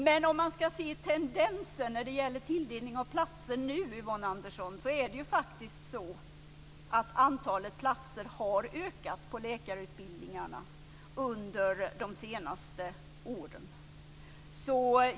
Men om man ska se tendenser när det gäller tilldelning av platser, Yvonne Andersson, har faktiskt antalet platser på läkarutbildningarna ökat under de senaste åren.